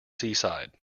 seaside